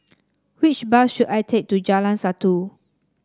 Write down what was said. which bus should I take to Jalan Satu